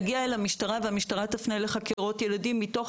לפעמים זה יגיע אל המשטרה והמשטרה תפנה לחקירות ילדים מתוך